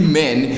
men